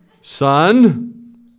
Son